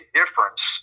difference